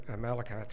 Malachi